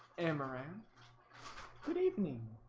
ameren good evening